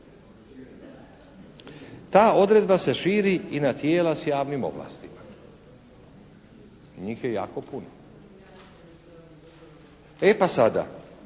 Ta odredba se širi i na tijela s javnim ovlastima. Njih je jako puno. E pa sada,